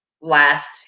last